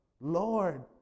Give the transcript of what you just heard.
Lord